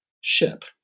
ship